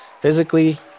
physically